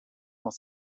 dans